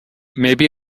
maybe